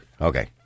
Okay